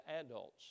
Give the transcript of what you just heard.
adults